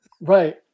Right